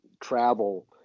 travel